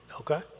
Okay